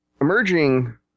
Emerging